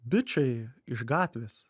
bičai iš gatvės